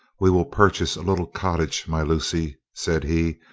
we will purchase a little cottage, my lucy, said he,